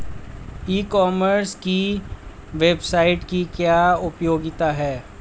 ई commerce की website की क्या उपयोगिता है?